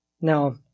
Now